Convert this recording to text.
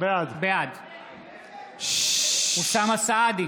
בעד אוסאמה סעדי,